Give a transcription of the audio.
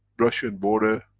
russian border,